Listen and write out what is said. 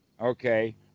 Okay